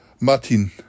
Martin